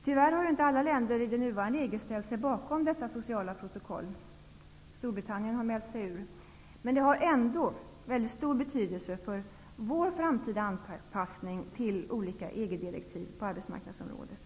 Tyvärr har inte alla länder i det nuvarande EG ställt sig bakom detta sociala protokoll. Storbritannien har mält sig ur. Men det har ändå stor betydelse för vår framtida anpassning till olika EG-direktiv på arbetsmarknadsområdet.